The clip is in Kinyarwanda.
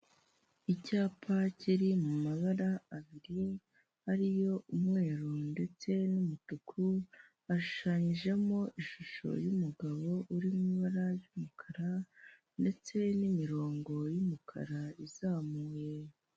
Icyapa kiri mu mabara abiri ariyo umweru ndetse n'umutuku, hashushanyijemo ishusho y'umugabo uri mu ibara ry'umukara ndetse n'imirongo y'umukara izamuye.